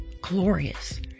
glorious